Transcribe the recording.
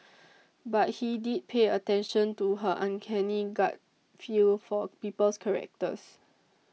but he did pay attention to her uncanny gut feel for people's characters